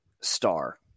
star